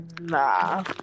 Nah